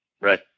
Right